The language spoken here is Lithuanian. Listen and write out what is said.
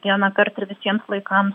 vienąkart ir visiems laikams